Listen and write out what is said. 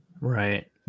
Right